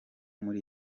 muri